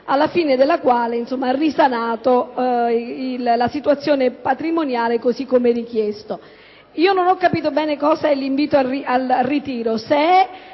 alla fine della quale ha risanato la situazione patrimoniale, così come richiesto. Non ho capito bene l'invito al ritiro;